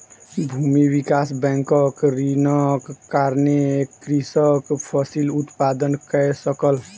भूमि विकास बैंकक ऋणक कारणेँ कृषक फसिल उत्पादन कय सकल